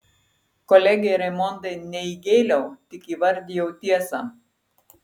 kolegei raimondai ne įgėliau tik įvardijau tiesą